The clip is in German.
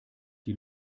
die